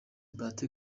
bahati